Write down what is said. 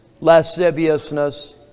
lasciviousness